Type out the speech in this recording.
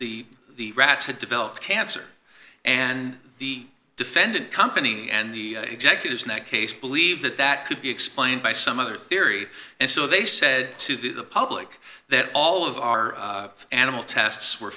the rats had developed cancer and the defendant company and the executives in that case believe that that could be explained by some other theory and so they said to the public that all of our animal tests were